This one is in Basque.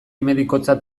medikotzat